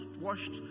washed